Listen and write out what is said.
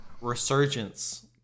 resurgence